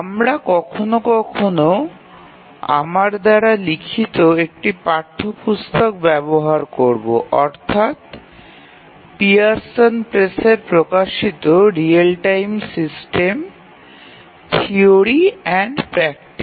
আমরা কখনও কখনও আমার দ্বারা লিখিত একটি পাঠ্যপুস্তক ব্যবহার করব অর্থাৎ পিয়ারসন প্রেসের প্রকাশিত real time system theory and practice